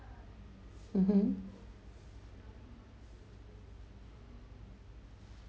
mmhmm